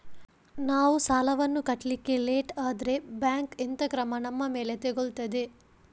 ನಾವು ಸಾಲ ವನ್ನು ಕಟ್ಲಿಕ್ಕೆ ಲೇಟ್ ಆದ್ರೆ ಬ್ಯಾಂಕ್ ಎಂತ ಕ್ರಮ ನಮ್ಮ ಮೇಲೆ ತೆಗೊಳ್ತಾದೆ?